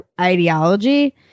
ideology